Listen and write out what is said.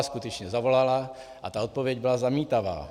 Skutečně zavolala a ta odpověď byla zamítavá.